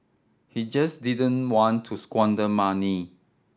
he just didn't want to squander money